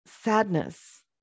Sadness